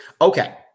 Okay